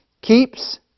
keeps